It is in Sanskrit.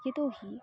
यतो हि